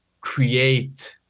create